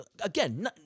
again